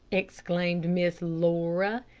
exclaimed miss laura,